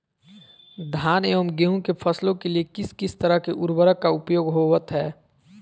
धान एवं गेहूं के फसलों के लिए किस किस तरह के उर्वरक का उपयोग होवत है?